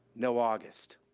no august.